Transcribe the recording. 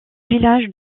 village